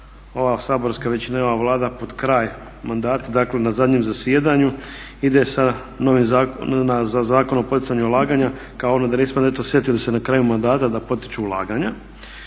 ova saborska većina i ova Vlada pod kraj mandata, dakle na zadnjem zasjedanju ide sa novim zakonom, na Zakon o poticanju ulaganja kako ono da nismo eto sjetili se na kraju mandata da potiču ulaganja.